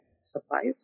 supplies